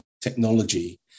technology